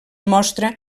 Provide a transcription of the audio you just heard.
mostra